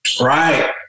Right